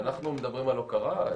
אנחנו מדברים על הוקרה,